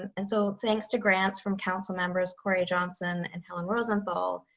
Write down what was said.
and so thanks to grants from council members corey johnson and helen rosenthal,